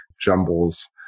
jumbles